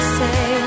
say